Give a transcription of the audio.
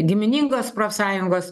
giminingos profsąjungos